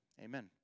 Amen